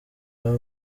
baba